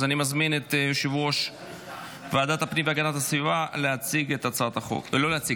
אז אני מזמין את יושב-ראש ועדת הפנים והגנת הסביבה לסכם את הצעת החוק.